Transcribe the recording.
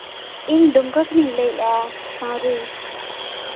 ᱤᱧ ᱫᱩᱢᱠᱟᱹ ᱠᱷᱚᱱᱤᱧ ᱞᱟᱹᱭᱮᱜᱼᱟ